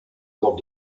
lors